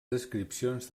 descripcions